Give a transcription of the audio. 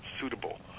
suitable